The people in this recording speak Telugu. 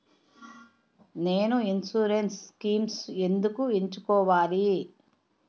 నేను ఇన్సురెన్స్ స్కీమ్స్ ఎందుకు ఎంచుకోవాలి?